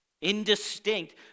indistinct